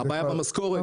הבעיה היא במשכורת,